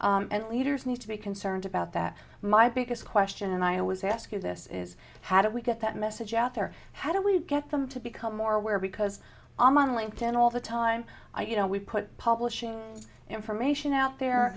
and leaders need to be concerned about that my biggest question and i always ask you this is how do we get that message out there how do we get them to become more aware because i'm on linked in all the time you know we put publishing information out there